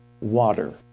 water